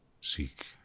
seek